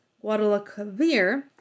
Guadalquivir